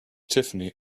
tiffany